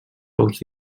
pocs